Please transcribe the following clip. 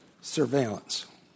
surveillance